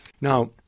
Now